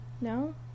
No